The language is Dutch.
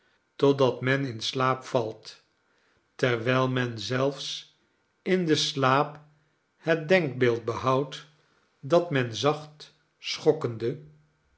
totdat men in slaap valt terwijl men zelfs in den slaap het denkbeeld behoudt dat men zacht schokkende